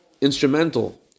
instrumental